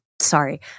sorry